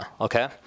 okay